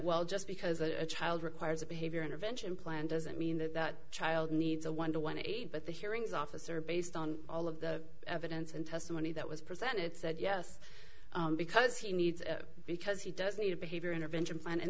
well just because a child requires a behavior intervention plan doesn't mean that that child needs a one to one aide but the hearings officer based on all of the evidence and testimony that was presented said yes because he needs because he does need a behavior intervention